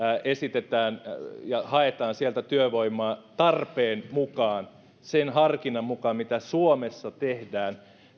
esitetään ja haetaan työvoimaa tarpeen mukaan sen harkinnan mukaan mitä suomessa tehdään